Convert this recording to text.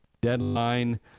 deadline